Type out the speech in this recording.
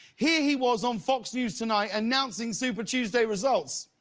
here he was on fox news tonight, announcing super tuesday results.